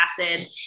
acid